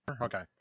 Okay